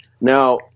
Now